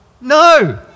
no